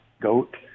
Goat